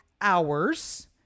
hours